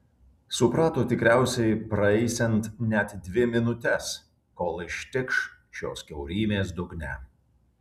suprato tikriausiai praeisiant net dvi minutes kol ištikš šios kiaurymės dugne